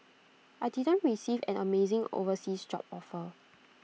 I didn't receive an amazing overseas job offer